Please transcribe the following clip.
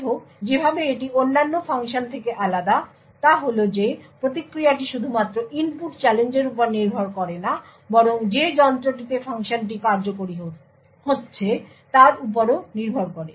যাইহোক যেভাবে এটি অন্যান্য ফাংশন থেকে আলাদা তা হল যে প্রতিক্রিয়াটি শুধুমাত্র ইনপুট চ্যালেঞ্জের উপর নির্ভর করে না বরং যে যন্ত্রটিতে ফাংশনটি কার্যকরি হচ্ছে তার উপরও নির্ভর করে